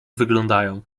wyglądają